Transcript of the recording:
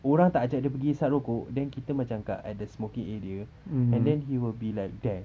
orang tak ajak dia pergi hisap rokok then kita macam kat at the smoking area and then he will be like there